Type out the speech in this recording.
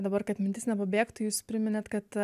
dabar kad mintis nepabėgtų jūs priminėt kad